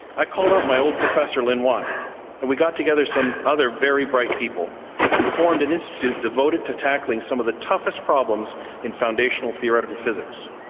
i called up my old professor lynn watt and got together some other very bright people and formed an institute devoted to tackling some of the toughest problems in foundational theoretical physics.